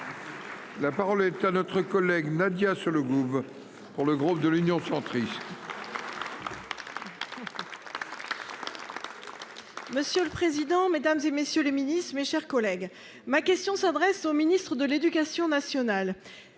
La parole est à notre collègue Nadia sur le groove pour le groupe de l'Union centriste.